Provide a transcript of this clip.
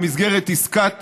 במסגרת עסקת